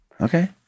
Okay